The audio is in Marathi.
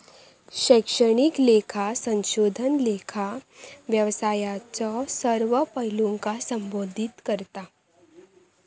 शैक्षणिक लेखा संशोधन लेखा व्यवसायाच्यो सर्व पैलूंका संबोधित करता